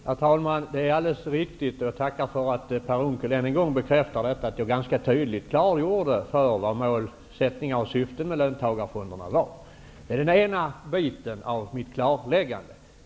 Herr talman! Det är helt riktigt -- jag tackar för att Per Unckel än en gång bekräftade detta -- att jag ganska tydligt klargjorde för vad målsättningarna och syftena med löntagarfonderna var. Detta var den ena biten i mitt klarläggande.